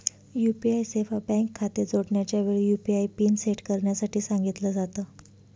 UPI सेवा bank खाते जोडण्याच्या वेळी, यु.पी.आय पिन सेट करण्यासाठी सांगितल जात